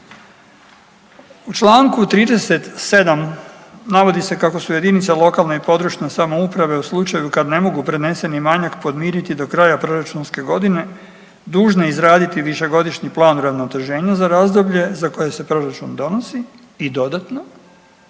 U čl. 37. navodi se kako su jedinice lokalne i područne samouprave u slučaju kada ne mogu preneseni manjak podmiriti do kraja proračunske godine, dužne izraditi višegodišnji plan uravnoteženja za razdoblje za koje se proračun donosi i dodatno.